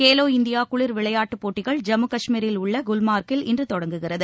Khelo India குளிர் விளையாட்டுப் போட்டிகள் ஜம்மு கஷ்மீரில் உள்ள குல்மா்கில் இன்று தொடங்குகிறது